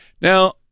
Now